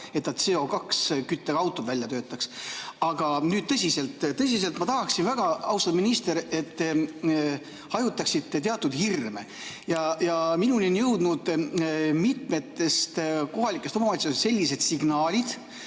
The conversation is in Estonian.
et ta CO2küttega autod välja töötaks. Aga nüüd tõsiselt. Tõsiselt ma tahaksin väga, austatud minister, et te hajutaksite teatud hirme. Minuni on jõudnud mitmest kohalikust omavalitsusest sellised signaalid,